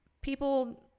people